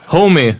Homie